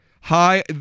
hi